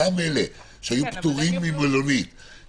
אותם אלה שהיו פטורים ממלונית,